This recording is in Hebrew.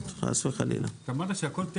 1 עד 4 מי בעד?